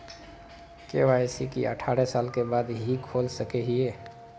KYC की अठारह साल के बाद ही खोल सके हिये?